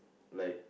like